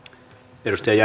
arvoisa